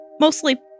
Mostly